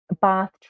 bath